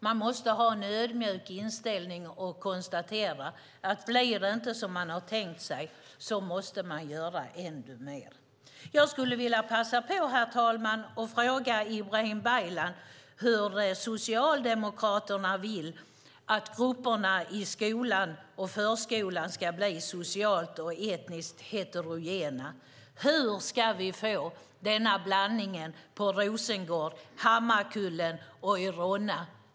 Man måste ha en ödmjuk inställning och konstatera att om det inte blir som man har tänkt sig måste man göra ännu mer. Jag skulle, herr talman, vilja passa på att fråga Ibrahim Baylan hur Socialdemokraterna vill att grupperna i skolan och förskolan ska bli socialt och etniskt heterogena. Hur ska vi få denna blandning i Rosengård, Hammarkullen och Ronna?